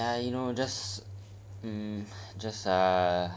ya you know just mm just uh